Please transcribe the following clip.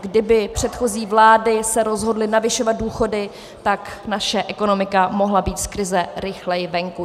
Kdyby se předchozí vlády rozhodly navyšovat důchody, tak naše ekonomika mohla být z krize rychleji venku.